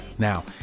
Now